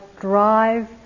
drive